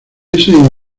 esa